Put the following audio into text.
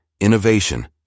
innovation